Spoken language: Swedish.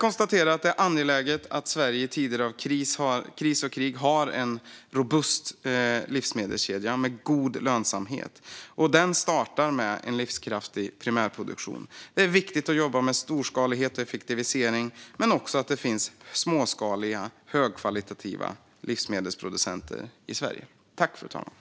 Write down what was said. Det är angeläget att Sverige i tider av kris och krig har en robust livsmedelskedja med god lönsamhet, och den startar med en livskraftig primärproduktion. Det är viktigt att arbeta med storskalighet och effektivisering, men det är också viktigt att det finns småskaliga livsmedelsproducenter av hög kvalitet i Sverige.